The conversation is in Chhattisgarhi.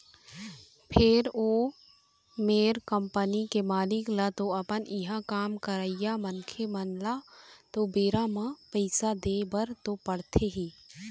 फेर ओ मेर कंपनी के मालिक ल तो अपन इहाँ काम करइया मनखे मन ल तो बेरा म पइसा देय बर तो पड़थे ही